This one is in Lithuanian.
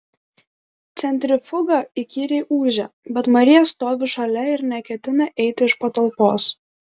centrifuga įkyriai ūžia bet marija stovi šalia ir neketina eiti iš patalpos